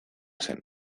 zen